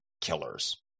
killers